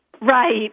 Right